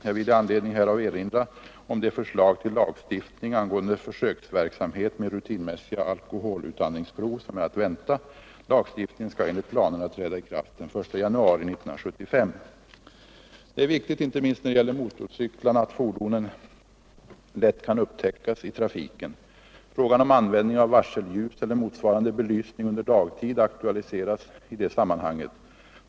Jag vill i anledning härav erinra om det förslag till lagstiftning angående försöksverksamhet med rutinmässiga alkoholutandningsprov som är att vänta. Lagstiftningen skall enligt planerna träda i kraft den 1 januari 1975. Det är viktigt — inte minst när det gäller motorcyklarna — att fordonen lätt kan upptäckas i trafiken. Frågan om användning av varselljus eller motsvarande belysning under dagtid aktualiseras i det sammanhanget.